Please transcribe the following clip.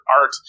art